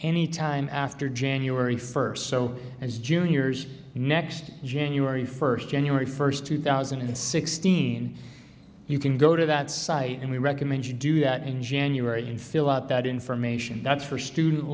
any time after january first so as juniors next january first january first two thousand and sixteen you can go to that site and we recommend you do that in january and fill out that information that's for student